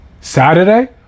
Saturday